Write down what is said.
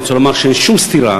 אני רוצה לומר שאין שום סתירה